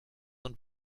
und